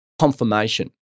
confirmation